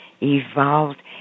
evolved